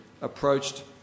approached